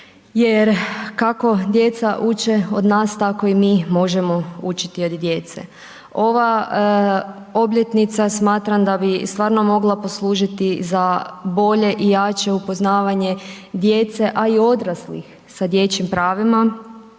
jer kako djeca uče od nas tako i mi možemo učiti od djece. Ova obljetnica smatram da bi stvarno mogla poslužiti za bolje i jače upoznavanje djece a i odraslih sa dječjim pravima